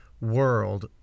world